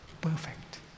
perfect